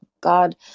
God